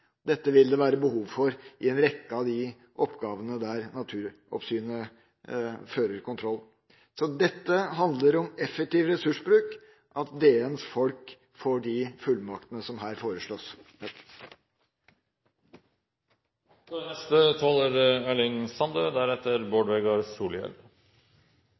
det vil være behov for i en rekke av de oppgavene der Naturoppsynet fører kontroll. Det handler om effektiv ressursbruk at SNOs folk får de fullmaktene som her foreslås. Ein grunntanke for Senterpartiet er at jorda skal gjevast vidare til neste